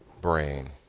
brain